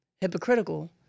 Hypocritical